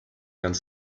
ganz